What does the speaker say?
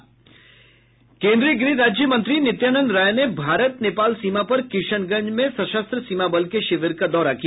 केन्द्रीय गृह राज मंत्री नित्यानंद राय ने भारत नेपाल सीमा पर किशनगंज में सशस्त्र सीमा बल के शिविर का दौरा किया